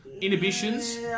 inhibitions